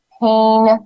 pain